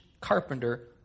carpenter